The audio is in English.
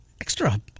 extra